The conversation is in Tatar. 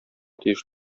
тиеш